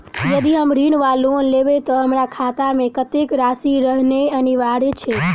यदि हम ऋण वा लोन लेबै तऽ हमरा खाता मे कत्तेक राशि रहनैय अनिवार्य छैक?